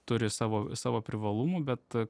turi savo savo privalumų bet